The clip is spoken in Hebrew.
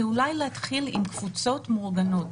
זה להתחיל עם קבוצות מאורגנות,